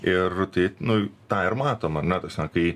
ir tai nu tą ir matom ane tasme kai